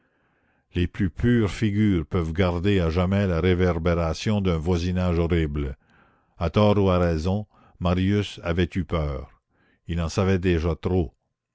les plus pures figures peuvent garder à jamais la réverbération d'un voisinage horrible à tort ou à raison marius avait eu peur il en savait déjà trop